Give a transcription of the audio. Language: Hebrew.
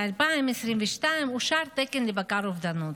ב-2022 אושר תקן לבקר אובדנות.